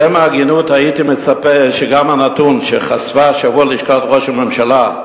בשם ההגינות הייתי מצפה שגם הנתון שחשפה השבוע לשכת ראש הממשלה,